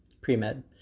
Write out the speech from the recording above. pre-med